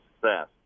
success